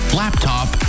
laptop